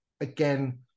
again